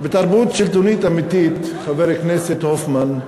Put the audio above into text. בתרבות שלטונית אמיתית, חבר הכנסת הופמן,